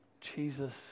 Jesus